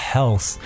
Health